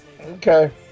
Okay